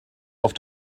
auf